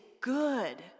good